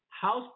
house